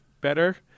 better